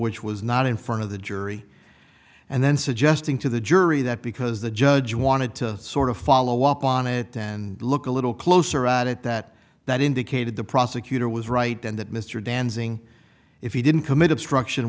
which was not in front of the jury and then suggesting to the jury that because the judge wanted to sort of follow up on it and look a little closer at it that that indicated the prosecutor was right and that mr dancing if he didn't commit obstruction